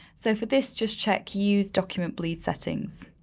so for this, just check use document bleed settings.